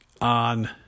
on